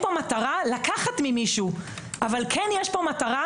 היום בכדורגל הנשים זה סיפור של חובבניות אל מול מקצועיות.